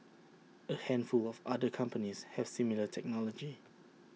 A handful of other companies has similar technology